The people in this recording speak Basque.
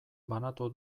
banatu